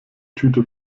tüte